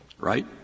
Right